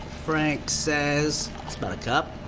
frank says. that's about a cup,